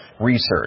research